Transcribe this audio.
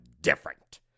different